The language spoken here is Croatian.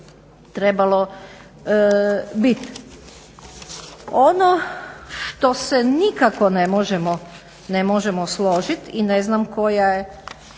trebalo biti. Ono što se nikako ne možemo složiti i ne znam koja je